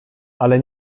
ale